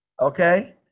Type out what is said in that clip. okay